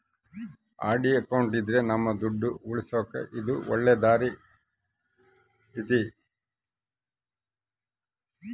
RD account ಇದ್ರ ನಮ್ ದುಡ್ಡು ಉಳಿಸಕ ಇದು ಒಳ್ಳೆ ದಾರಿ ಐತಿ